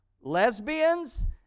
lesbians